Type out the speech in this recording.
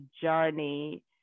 journey